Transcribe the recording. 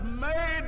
made